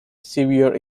severe